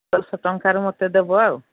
ଦଶ ଟଙ୍କାର ମୋତେ ଦେବ ଆଉ